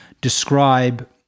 describe